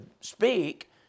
speak